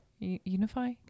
unify